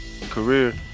career